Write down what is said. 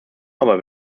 aber